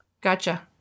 Gotcha